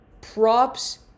props